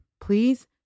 please